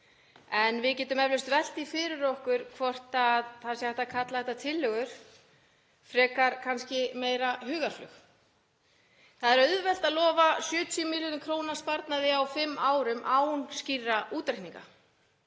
en við getum eflaust velt því fyrir okkur hvort það sé hægt að kalla þetta tillögur frekar, kannski meira hugarflug. Það er auðvelt að lofa 70 milljörðum kr. sparnaði á fimm árum án skýrra útreikninga.